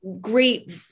great